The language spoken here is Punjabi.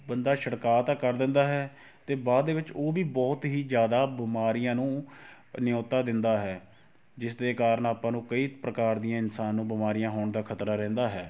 ਬੰਦਾ ਛਿੜਕਾਅ ਤਾਂ ਕਰ ਦਿੰਦਾ ਹੈ ਅਤੇ ਬਾਅਦ ਦੇ ਵਿੱਚ ਉਹ ਵੀ ਬਹੁਤ ਹੀ ਜ਼ਿਆਦਾ ਬਿਮਾਰੀਆਂ ਨੂੰ ਨਿਓਤਾ ਦਿੰਦਾ ਹੈ ਜਿਸ ਦੇ ਕਾਰਨ ਆਪਾਂ ਨੂੰ ਕਈ ਪ੍ਰਕਾਰ ਦੀਆਂ ਇਨਸਾਨ ਨੂੰ ਬਿਮਾਰੀਆਂ ਹੋਣ ਦਾ ਖ਼ਤਰਾ ਰਹਿੰਦਾ ਹੈ